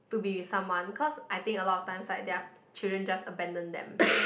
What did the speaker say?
to be with someone cause I think a lot of times right their children just abandon them